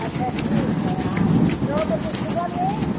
अच्छा ठीक है आप नौ बजे सुबह में